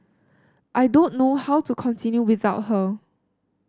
I don't know how to continue without her